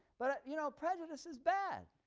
but ah you know prejudice is bad,